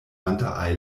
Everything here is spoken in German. hunter